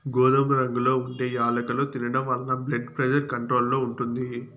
గోధుమ రంగులో ఉండే యాలుకలు తినడం వలన బ్లెడ్ ప్రెజర్ కంట్రోల్ లో ఉంటుంది